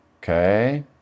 Okay